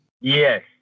Yes